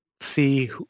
see